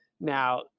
Now